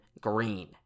Green